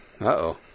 uh-oh